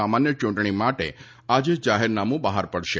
સામાન્ય યૂંટણી માટે આજે જાહેરનામું બહાર પડશે